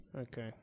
Okay